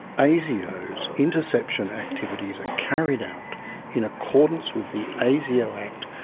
ah asio's interception activities are carried out in accordance with the asio act,